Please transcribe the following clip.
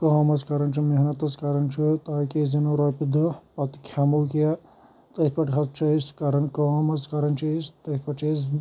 کٲم حظ کَران چھ محنَت حظ کَران چھ تاکہِ ٲسۍ زینو رۄپیہِ دَہ پَتہٕ کھؠمو کینٛہہ أتھۍ پؠٹھ حظ چھِ أسۍ کَران کٲم حظ چھ کَران چھِ ٲسۍ تہٕ أتھۍ پٮ۪ٹھ چھ أسۍ